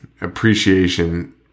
appreciation